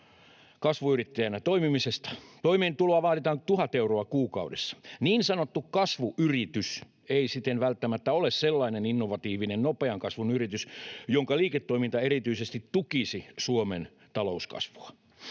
kasvuyrittäjänä toimimisesta. Toimeentuloa vaaditaan 1 000 euroa kuukaudessa. Niin sanottu kasvuyritys ei siten välttämättä ole sellainen innovatiivinen nopean kasvun yritys, jonka liiketoiminta erityisesti tukisi Suomen talouskasvua.